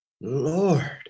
Lord